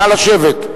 נא לשבת.